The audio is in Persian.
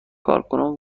کارکنان